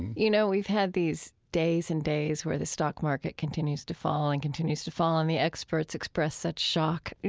you know, we've had these days and days where the stock market continues to fall and continues to fall, and the experts express such shock.